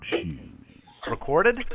recorded